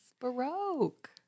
Baroque